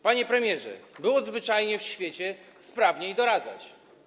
Panie premierze, trzeba było zwyczajnie w świecie sprawniej doradzać.